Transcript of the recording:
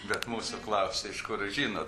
bet mūsų klausė iš kur žinot